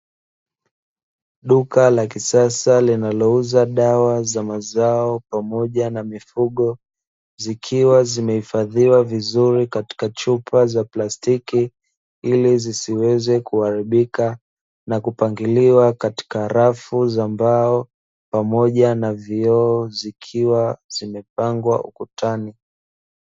Duka la kisasa linalouza dawa la mazao pamoja na mifugo zikiwa zimehifadhiwa vizuri katika chupa za plastiki ili zisiweze kuharibika, na kupangiliwa katika rafu za mbao pamoja na vioo zikiwa zimepangwa ukutani.